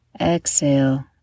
Exhale